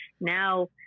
now